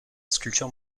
sculpture